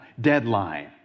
deadline